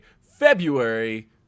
February